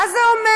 מה זה אומר?